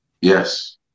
Yes